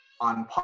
on